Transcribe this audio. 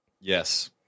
Yes